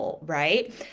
right